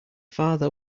father